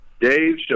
Dave